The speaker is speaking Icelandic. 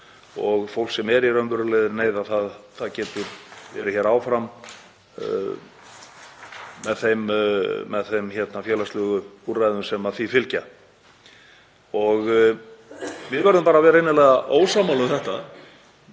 Fólk sem er í raunverulegri neyð getur verið áfram með þeim félagslegu úrræðum sem því fylgja. Við verðum bara að vera innilega ósammála um þetta.